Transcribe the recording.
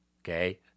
Okay